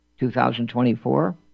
2024